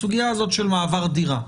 הסוגיה הזאת של מעבר דירה.